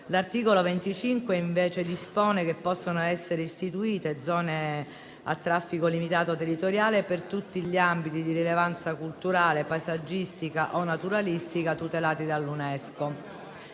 L'articolo 25 dispone che possano essere istituite zone a traffico limitato territoriale in tutti gli ambiti di rilevanza culturale, paesaggistica o naturalistica tutelati dall'UNESCO.